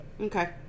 Okay